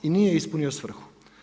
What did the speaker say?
I nije ispunio svrhu.